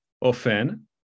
often